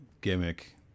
gimmick